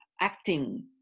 acting